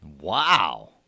Wow